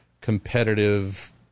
competitive